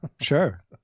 Sure